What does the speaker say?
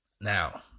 now